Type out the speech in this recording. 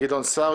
גדעון סער,